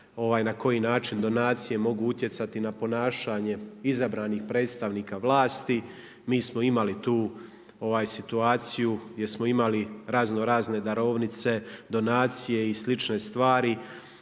na koji način donacije mogu utjecati na ponašanje izabranih predstavnika vlasti. Mi smo imali tu situaciju jer smo imali razno razne darovnice, donacije i slične stvari.